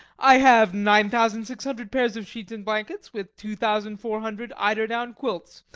i have nine thousand six hundred pairs of sheets and blankets, with two thousand four hundred eider-down quilts.